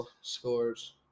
scores